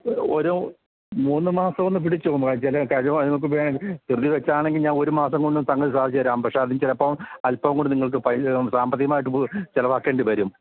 ഒരു മൂന്നു മാസമൊന്നു പിടിച്ചോ എന്നുവച്ചാല് ധൃതി വച്ചാണെങ്കില് ഞാൻ ഒരു മാസം കൊണ്ടും സംഗതി സാധിച്ചുതരാം പക്ഷെ അതു ചിലപ്പോള് അൽപ്പം കൂടി നിങ്ങള്ക്കു സാമ്പത്തികമായിട്ട് ചെലവാക്കേണ്ടിവരും